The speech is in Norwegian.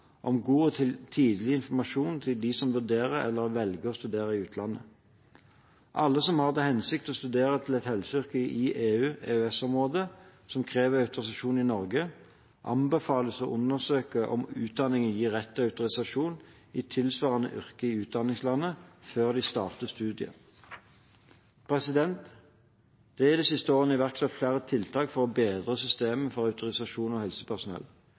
om god og tidlig informasjon til dem som vurderer eller velger å studere i utlandet. Alle som har til hensikt å studere til et helseyrke i EU/EØS-området som krever autorisasjon i Norge, anbefales å undersøke om utdanningen gir rett til autorisasjon i tilsvarende yrke i utdanningslandet før de starter på studiet. Det er de siste årene iverksatt flere tiltak for å bedre systemet for autorisasjon av helsepersonell.